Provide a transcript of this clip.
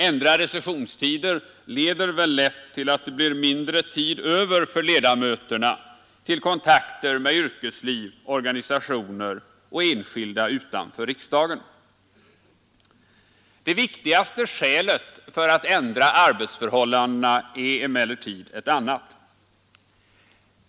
Ändrade sessionstider leder väl lätt till att det blir mindre tid över för ledamöterna till kontakter med yrkesliv, organisationer och enskilda utanför riksdagen. Det viktigaste skälet för att ändra arbetsförhållandena är emellertid ett annat.